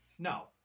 No